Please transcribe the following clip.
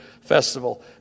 festival